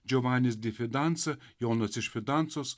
džiovanis difidansa jonas iš fidansos